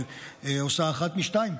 שעושה אחת משתיים: